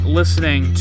listening